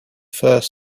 first